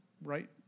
Right